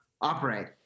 operate